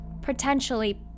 potentially